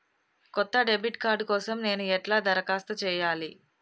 కొత్త debit card కోసం నేను ఎట్లా దరఖాస్తు చేయాలి?